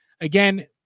again